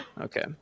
Okay